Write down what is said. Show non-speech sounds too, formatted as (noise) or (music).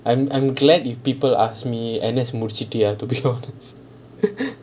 I would would glad you people ask me and that would be to be honest (laughs)